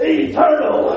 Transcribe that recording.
eternal